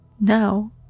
Now